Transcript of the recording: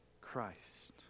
Christ